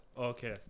Okay